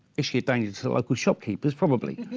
is she a danger to so local shopkeepers? probably.